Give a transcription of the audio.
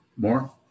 More